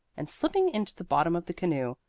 and slipping into the bottom of the canoe,